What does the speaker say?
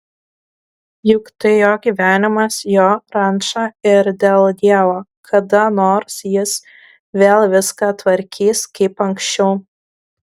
juk tai jo gyvenimas jo ranča ir dėl dievo kada nors jis vėl viską tvarkys kaip anksčiau